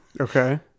okay